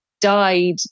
died